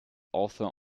author